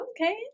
Okay